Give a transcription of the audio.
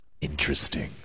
Interesting